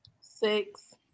six